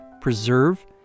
preserve